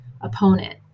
opponent